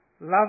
Love